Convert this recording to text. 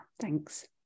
Thanks